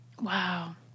Wow